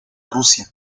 rusia